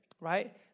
right